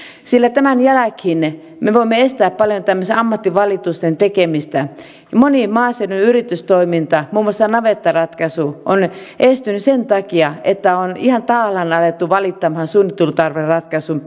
sillä tämän jälkeen me me voimme estää paljon tämmöisten ammattivalitusten tekemistä moni maaseudun yritystoiminta muun muassa navettaratkaisu on estynyt sen takia että on ihan tahallaan alettu valittamaan suunnittelutarveratkaisun